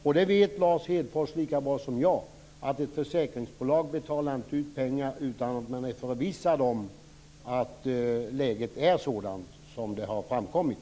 Lars Hedfors vet lika bra som jag att ett försäkringsbolag inte betalar ut pengar utan att vara förvissad om att läget är sådant som det har framkommit.